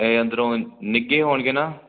ਇਹ ਅੰਦਰੋਂ ਨਿੱਘੇ ਹੋਣਗੇ ਨਾ